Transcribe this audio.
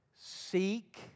Seek